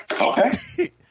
okay